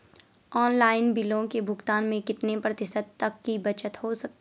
Online बिलों के भुगतान में कितने प्रतिशत तक की बचत हो सकती है?